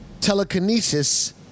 telekinesis